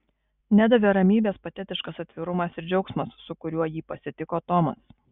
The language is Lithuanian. nedavė ramybės patetiškas atvirumas ir džiaugsmas su kuriuo jį pasitiko tomas